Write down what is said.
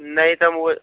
نہیں تو ہم وہ